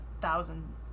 thousand